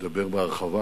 ידבר בהרחבה.